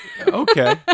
Okay